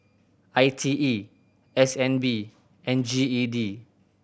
I T E S N B and G E D